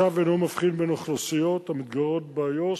הצו אינו מבחין בין אוכלוסיות המתגוררות באיו"ש,